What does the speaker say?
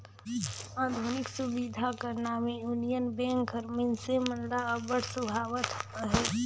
आधुनिक सुबिधा कर नावें युनियन बेंक हर मइनसे मन ल अब्बड़ सुहावत अहे